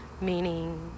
meaning